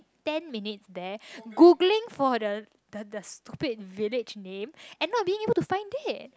ten minutes there Googling for the the the stupid village name and not being able to find it